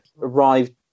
arrived